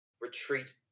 retreat